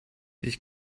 ich